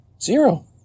Zero